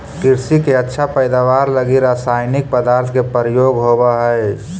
कृषि के अच्छा पैदावार लगी रसायनिक पदार्थ के प्रयोग होवऽ हई